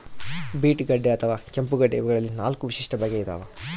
beet ಗಡ್ಡೆ ಅಥವಾ ಕೆಂಪುಗಡ್ಡೆ ಇವಗಳಲ್ಲಿ ನಾಲ್ಕು ವಿಶಿಷ್ಟ ಬಗೆ ಇದಾವ